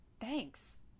thanks